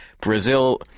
Brazil